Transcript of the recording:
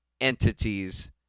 entities